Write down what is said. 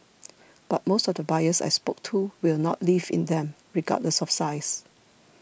but most of the buyers I spoke to will not live in them regardless of size